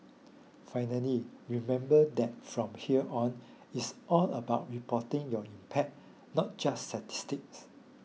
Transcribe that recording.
finally remember that from here on it's all about reporting your impact not just statistics